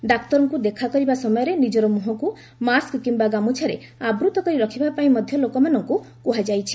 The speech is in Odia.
ଡାକ୍ତରଙ୍କୁ ଦେଖାକରିବା ସମୟରେ ନିଜର ମୁହଁକୁ ମାସ୍କ କିମ୍ବା ଗାମୁଛାରେ ଆବୃତ୍ତ ରଖିବା ପାଇଁ ମଧ୍ୟ ଲୋକମାନଙ୍କୁ କୁହାଯାଇଛି